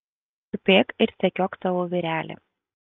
tupėk ir sekiok savo vyrelį